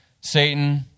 Satan